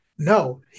No